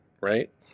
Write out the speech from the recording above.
right